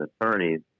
attorneys